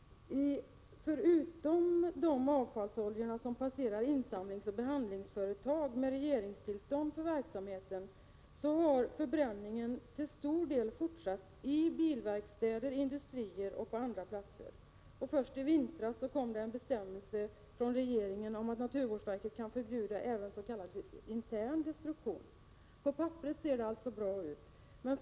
Vid sidan av den olja som passerar insamlingsoch behandlingsföretag, med regeringens tillstånd till verksamhet, har förbränning av olja till stor del fortsatt i bilverkstäder, inom industrier och på andra platser. Först i vintras infördes en "bestämmelse från regeringen om att naturvårdsverket kan förbjuda även s.k. intern destruktion. På papperet ser alltså allting bra ut.